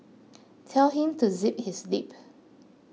tell him to zip his lip